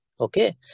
Okay